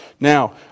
Now